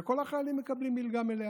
וכל החיילים מקבלים מלגה מלאה,